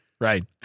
right